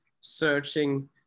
searching